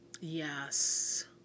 Yes